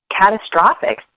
catastrophic